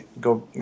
go